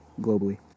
globally